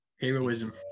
heroism